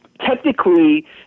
technically